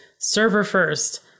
server-first